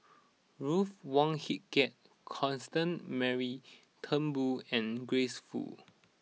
Ruth Wong Hie King Constance Mary Turnbull and Grace Fu